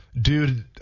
Dude